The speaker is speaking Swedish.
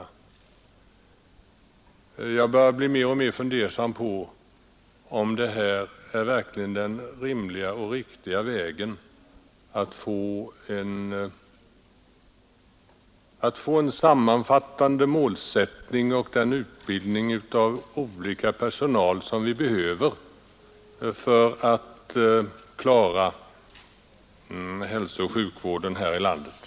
Jag börjar bli mer och mer fundersam om detta verkligen är den rimliga och riktiga vägen för att få en sammanfattande målsättning för utbildningen av de olika personalkategorier som vi behöver för att klara hälsooch sjukvården här i landet.